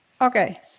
Okay